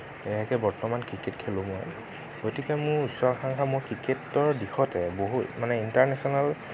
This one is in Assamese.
বৰ্তমান ক্ৰিকেট খেলোঁ মই গতিকে মোৰ উচ্চাকাংক্ষা মোৰ ক্ৰিকেটৰ দিশতে বহু মানে ইণ্টাৰ্নেশ্বনেল